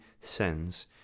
sends